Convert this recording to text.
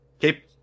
Keep